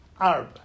arb